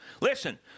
listen